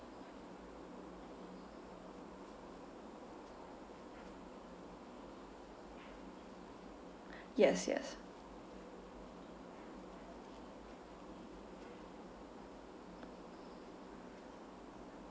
yes yes